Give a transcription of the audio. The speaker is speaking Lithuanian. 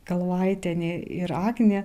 kalvaitienė ir agnė